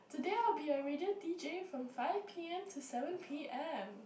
today I will be a radio d_j from five p_m to seven p_m